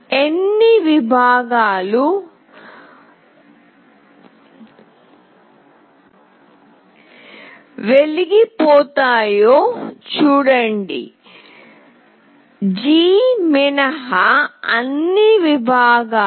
ఎన్ని విభాగాలు వెలిగిపోతాయో చూడండి జి మినహా అన్ని విభాగాలు